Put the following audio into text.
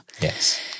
Yes